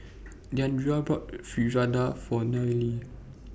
Deandra bought Fritada For Nelie